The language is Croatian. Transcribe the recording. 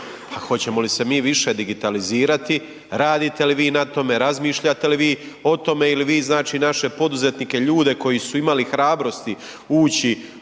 Hoćemo li se mi više digitalizirati, radite li vi na tome, razmišljate li vi o tome ili vi znači naše poduzetnike ljude koji su imali hrabrosti ući